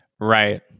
Right